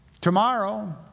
tomorrow